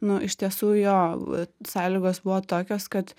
nu iš tiesų jo sąlygos buvo tokios kad